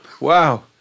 Wow